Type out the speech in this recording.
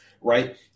right